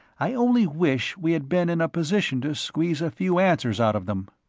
i only wish we had been in a position to squeeze a few answers out of them.